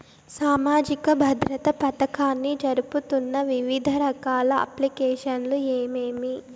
సామాజిక భద్రత పథకాన్ని జరుపుతున్న వివిధ రకాల అప్లికేషన్లు ఏమేమి?